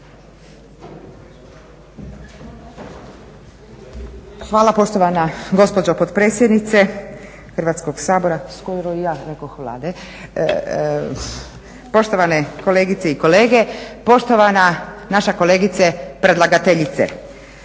Hvala poštovana gospođo potpredsjednice Hrvatskoga sabora, poštovane kolegice i kolege, poštovana naša kolegice predlagateljice.